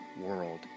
world